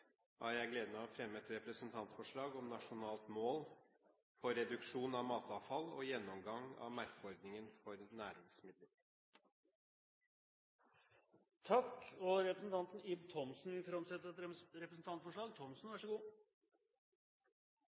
har jeg gleden av å fremme et representantforslag om nasjonalt mål for reduksjon av matavfall og gjennomgang av merkeordningen for næringsmidler. Representanten Ib Thomsen vil framsette et representantforslag.